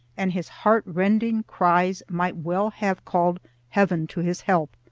and his heartrending cries might well have called heaven to his help.